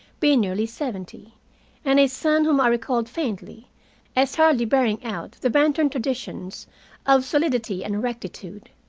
be nearly seventy and a son whom i recalled faintly as hardly bearing out the benton traditions of solidity and rectitude.